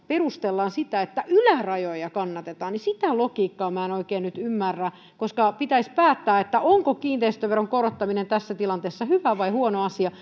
perustellaan sitä että ylärajoja kannatetaan sitä logiikkaa minä en oikein nyt ymmärrä koska pitäisi päättää onko kiinteistöveron korottaminen tässä tilanteessa hyvä vai huono asia